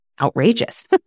outrageous